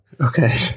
Okay